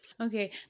okay